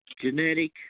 genetic